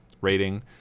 rating